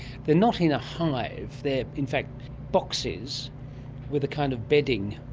they're not in a hive, they're in fact boxes with a kind of bedding,